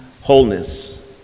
wholeness